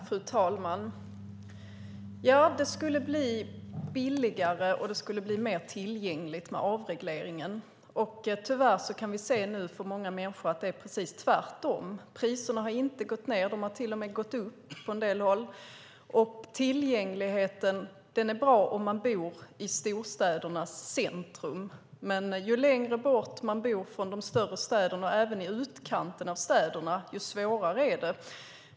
Fru talman! Det skulle bli billigare, och det skulle bli mer tillgängligt med avregleringen. Tyvärr kan vi nu se att det för många människor är precis tvärtom. Priserna har inte gått ned; de har till och med gått upp på en del håll. Tillgängligheten är bra om man bor i storstädernas centrum, men ju längre bort från de större städerna man bor - det gäller även i utkanten av städerna - desto svårare är det.